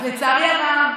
אז לצערי הרב,